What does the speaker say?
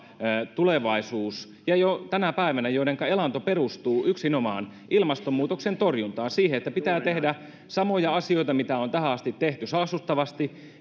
tulevaisuus ja jo tänä päivänä elanto perustuu yksinomaan ilmastonmuutoksen torjuntaan siihen että samoja asioita joita on tähän asti tehty saastuttavasti